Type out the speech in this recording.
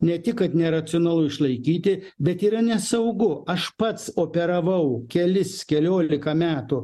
ne tik kad neracionalu išlaikyti bet yra nesaugu aš pats operavau kelis keliolika metų